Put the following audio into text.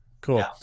Cool